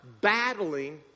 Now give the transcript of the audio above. battling